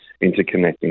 interconnecting